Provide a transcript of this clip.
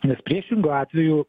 nes priešingu atveju